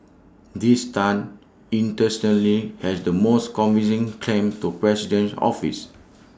this Tan interestingly has the most convincing claim to presidential office